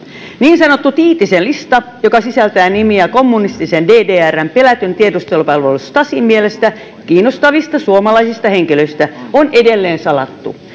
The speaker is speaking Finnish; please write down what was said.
niin sanottu tiitisen lista joka sisältää nimiä kommunistisen ddrn pelätyn tiedustelupalvelu stasin mielestä kiinnostavista suomalaisista henkilöistä on edelleen salattu